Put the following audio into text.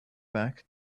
back